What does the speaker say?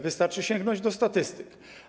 Wystarczy sięgnąć do statystyk.